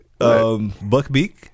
Buckbeak